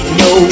no